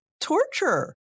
torture